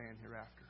hereafter